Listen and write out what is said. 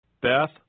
Beth